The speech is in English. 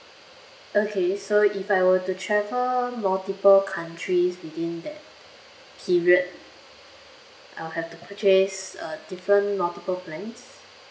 okay so if I were to travel multiple countries within that period I'll have to purchase uh different multiple plans